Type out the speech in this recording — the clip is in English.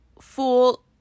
full